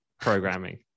programming